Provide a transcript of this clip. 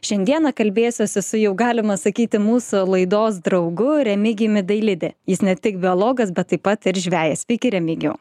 šiandien kalbėsiuosi su jau galima sakyti mūsų laidos draugu remigijumi dailide jis ne tik biologas bet taip pat ir žvejas sveiki remigijau